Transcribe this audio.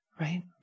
right